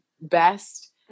best